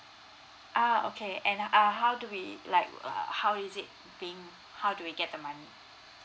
ah okay and uh how do we like uh how is it being how do we get the money